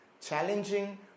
challenging